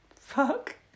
Fuck